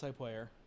multiplayer